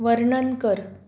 वर्णन कर